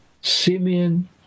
Simeon